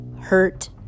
Hurt